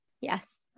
Yes